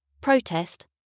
protest